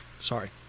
sorry